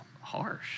harsh